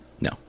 No